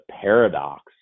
paradox